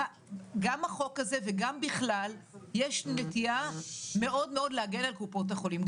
גם בחוק הזה וגם בכלל יש נטייה מאוד מאוד להגן על קופות החולים.